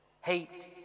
Hate